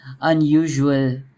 unusual